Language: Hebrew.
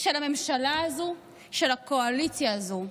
של הממשלה הזו, של הקואליציה הזאת,